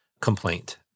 complaint